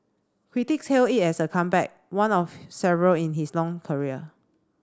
critics hailed it as a comeback one of several in his long career